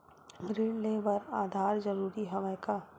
ऋण ले बर आधार जरूरी हवय का?